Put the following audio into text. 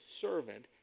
servant